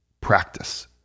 practice